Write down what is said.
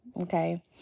okay